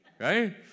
right